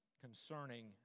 concerning